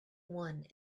one